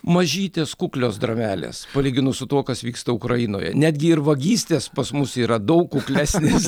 mažytės kuklios dramelės palyginus su tuo kas vyksta ukrainoje netgi ir vagystės pas mus yra daug kuklesnės